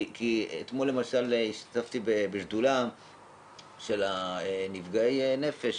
אתמול למשל השתתפתי בשדולה של נפגעי נפש,